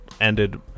ended